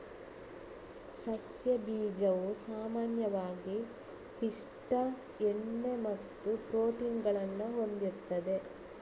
ಸಸ್ಯ ಬೀಜವು ಸಾಮಾನ್ಯವಾಗಿ ಪಿಷ್ಟ, ಎಣ್ಣೆ ಮತ್ತು ಪ್ರೋಟೀನ್ ಗಳನ್ನ ಹೊಂದಿರ್ತದೆ